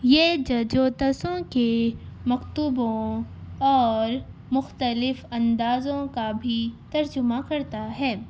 یہ جوتشو کے مکتوبوں اور مختلف اندازوں کا بھی ترجمہ کرتا ہے